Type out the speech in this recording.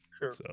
sure